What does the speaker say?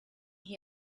that